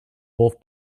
both